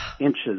inches